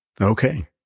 Okay